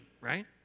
right